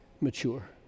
mature